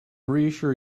reassure